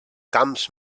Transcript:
camps